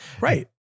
right